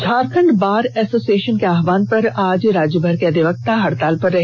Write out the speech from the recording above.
Jharkhand bar association के आहवाहन पर आज राज्यभर के अधिवक्ता हड़ताल पर रहे